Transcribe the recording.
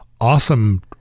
awesome